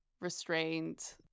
restrained